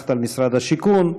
שמפקחת על משרד השיכון.